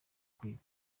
kwiga